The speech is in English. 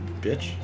Bitch